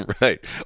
right